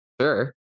sure